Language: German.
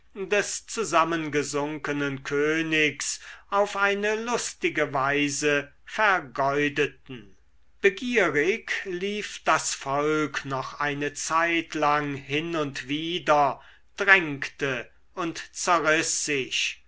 des zusammengesunkenen königs auf eine lustige weise vergeudeten begierig lief das volk noch eine zeitlang hin und wider drängte und zerriß sich